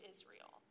Israel